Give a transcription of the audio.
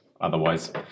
otherwise